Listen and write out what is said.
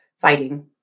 fighting